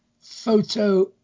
photo